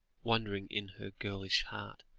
wondering in her girlish heart,